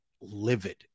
livid